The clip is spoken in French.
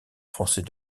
français